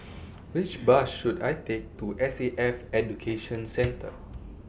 Which Bus should I Take to S A F Education Centre